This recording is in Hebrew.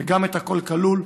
וגם את הכול כלול,